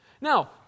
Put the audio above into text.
Now